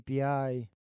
API